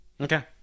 okay